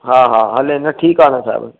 हा हा हले न ठीकु आहे न साहिबु